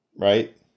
Right